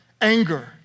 anger